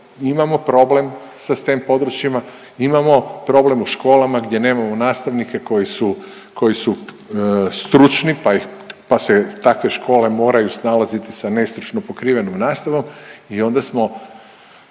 imamo problem sa STEM područjima, imamo problem u školama gdje nemamo nastavnike koji su, koji su stručni pa ih pa se takve škole moraju snalaziti sa nestručno pokrivenom nastavom i onda smo